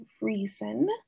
reason